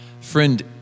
Friend